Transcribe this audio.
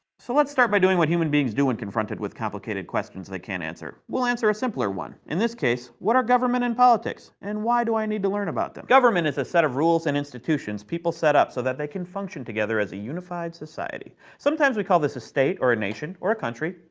so let's start by doing what human beings do when confronted with complicated questions they can't answer. we'll answer a simpler one. in this case, what are government and politics and why do i need to learn about them. government is a set of rules and institutions people set up so they can function together as a unified society. sometimes we call this a state, or a nation, or a country,